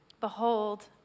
behold